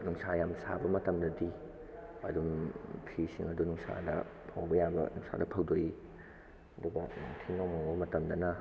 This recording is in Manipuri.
ꯅꯨꯡꯁꯥ ꯌꯥꯝ ꯁꯥꯕ ꯃꯇꯝꯗꯗꯤ ꯑꯗꯨꯝ ꯐꯤꯁꯤꯡ ꯑꯗꯨ ꯅꯨꯡꯁꯥꯗ ꯐꯧꯕ ꯌꯥꯕ ꯐꯧꯗꯣꯛꯏ ꯑꯗꯨꯒ ꯅꯣꯡꯊꯤ ꯅꯣꯡ ꯃꯪꯕ ꯃꯇꯝꯗꯅ